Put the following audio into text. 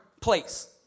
place